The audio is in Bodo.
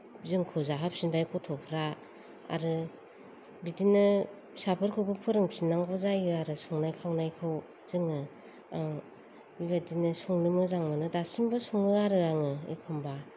जोंखौ जाहोफिनबाय गथ'फ्रा आरो बिदिनो फिसाफोरखौबो फोरोंफिननांगौ जायो आरो संनाय खावनायखौ जोङो आं बेबायदिनो संनो मोजां मोनो दासिमबो सङो आरो आङो एखम्बा